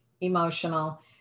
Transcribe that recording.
emotional